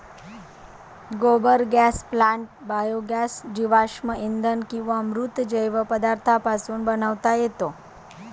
गोबर gas plant biogas जीवाश्म इंधन किंवा मृत जैव पदार्थांपासून बनवता येतो